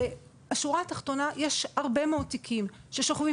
ובשורה התחתונה יש הרבה מאוד תיקים ששוכבים